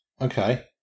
Okay